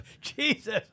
Jesus